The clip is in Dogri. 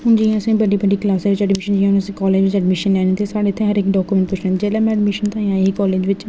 हून जियां असें बड्डी बड्डी क्लासें च एडमिशन लैनी ते हून असें कालेजें च एडमिशन लैनी ते हून साढ़े इत्थै हर इक डाकूमैंट पुच्छने जेल्लै में अडमिशन ताईं आई कालेज बिच्च